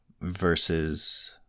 versus